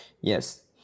Yes